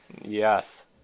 Yes